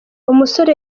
umusore